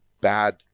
bad